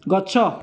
ଗଛ